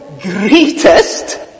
greatest